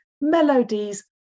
melodies